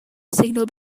signal